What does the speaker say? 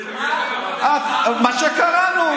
מה שקראנו.